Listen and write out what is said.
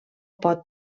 pot